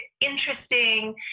interesting